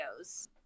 videos